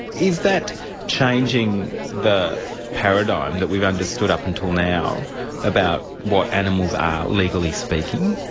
is that changing the paradigm that we've understood up until now about what animals are, legally speaking?